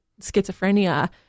schizophrenia